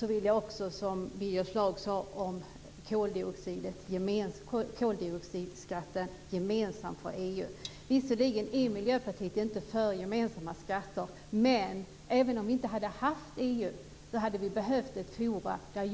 Jag vill också, som Birger Schlaug sade, att koldioxidskatten ska vara gemensam för EU. Visserligen är Miljöpartiet inte för gemensamma skatter, men även om vi inte hade haft EU skulle vi behöva ett forum där